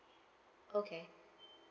okay